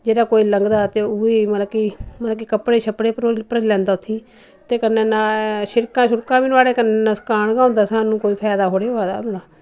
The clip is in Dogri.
जेह्ड़ा कोई लंगदा ते उऐ मतलव कि मतलव कि कपड़े छपड़े भरी लैंदा उत्थीं ते कन्नै न छिड़का छुड़कां बी नोह्ड़े कन्नै नुसकान गै होंदा सानू कोई फायदा थोह्ड़ी होआ दा होंदा